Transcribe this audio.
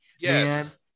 yes